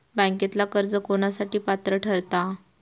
बँकेतला कर्ज कोणासाठी पात्र ठरता?